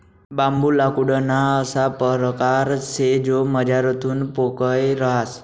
बांबू लाकूडना अशा परकार शे जो मझारथून पोकय रहास